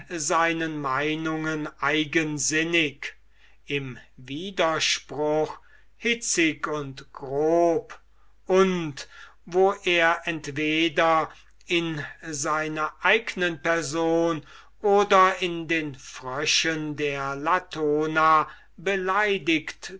seinen meinungen eigensinnig im widerspruch hitzig und grob und wo er entweder in seiner eignen person oder in den fröschen der latona beleidigt